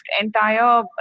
entire